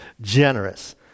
generous